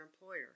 employer